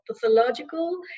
pathological